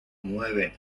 nueve